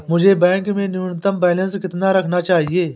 मुझे बैंक में न्यूनतम बैलेंस कितना रखना चाहिए?